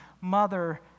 mother